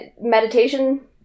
meditation